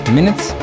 minutes